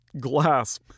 glass